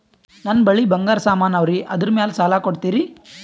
ನನ್ನ ಬಳಿ ಬಂಗಾರ ಸಾಮಾನ ಅವರಿ ಅದರ ಮ್ಯಾಲ ಸಾಲ ಕೊಡ್ತೀರಿ?